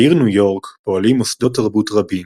בעיר ניו יורק פועלים מוסדות תרבות רבים,